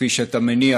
כפי שאתה מניח,